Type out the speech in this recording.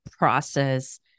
process